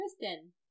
Kristen